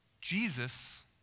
Jesus